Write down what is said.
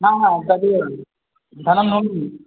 न न तदेव धनम्